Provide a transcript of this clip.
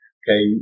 okay